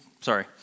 sorry